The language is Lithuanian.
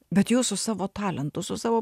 bet jūs su savo talentu su savo